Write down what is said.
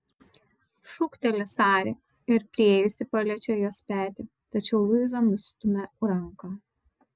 šūkteli sari ir priėjusi paliečia jos petį tačiau luiza nustumia ranką